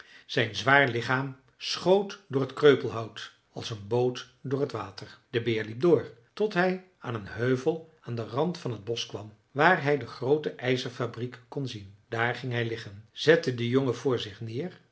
zijn zwaar lichaam schoot door het kreupelhout als een boot door het water de beer liep door tot hij aan een heuvel aan den rand van t bosch kwam waar hij de groote ijzerfabriek kon zien daar ging hij liggen zette den jongen voor zich neer